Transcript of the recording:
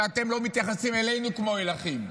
כשאתם לא מתייחסים אלינו כמו אל אחים.